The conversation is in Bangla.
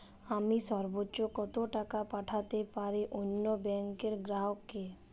আমি সর্বোচ্চ কতো টাকা পাঠাতে পারি অন্য ব্যাংক র গ্রাহক কে?